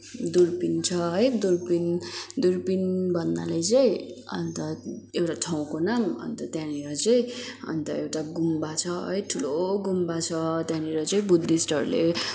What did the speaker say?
दुर्पिन छ है दुर्पिन दुर्पिन भन्नाले चाहिँ अन्त एउटा ठाउँको नाम अन्त त्यहाँनिर चाहिँ अन्त एउटा गुम्बा छ है ठुलो गुम्बा छ त्यहाँनिर चाहिँ बुद्धिस्टहरूले